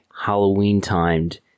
Halloween-timed